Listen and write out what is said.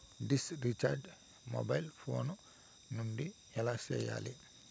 dish recharge mobile phone నుండి ఎలా సేయాలి